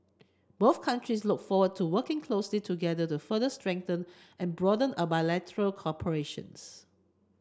both countries look forward to working closely together to further strengthen and broaden our bilateral cooperations